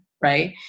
Right